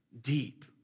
deep